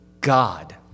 God